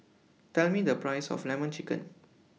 Tell Me The Price of Lemon Chicken